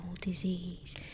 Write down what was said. disease